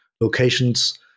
locations